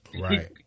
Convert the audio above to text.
Right